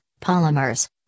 polymers